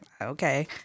okay